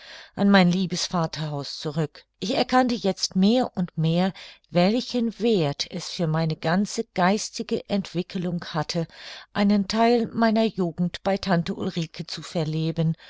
an mein liebes vaterhaus zurück ich erkannte jetzt mehr und mehr welchen werth es für meine ganze geistige entwickelung hatte einen theil meiner jugend bei tante ulrike zu verleben